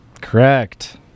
Correct